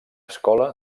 escola